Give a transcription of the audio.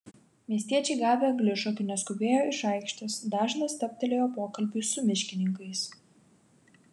miestiečiai gavę eglišakių neskubėjo iš aikštės dažnas stabtelėjo pokalbiui su miškininkais